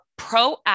proactive